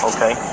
Okay